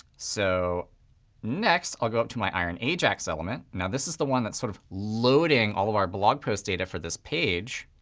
so next, i'll go up to my iron ajax element. now, this is the one that's sort of loading all of our blog post data for this page.